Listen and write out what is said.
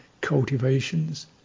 cultivations